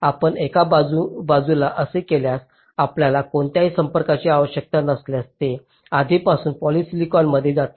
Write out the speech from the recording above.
आपण एका बाजूला असे केल्यास आपल्याला कोणत्याही संपर्काची आवश्यकता नसल्यास ते आधीपासून पॉलिसिलिकॉनमध्ये आहे